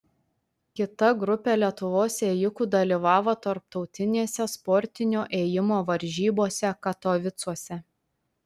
kita grupė lietuvos ėjikų dalyvavo tarptautinėse sportinio ėjimo varžybose katovicuose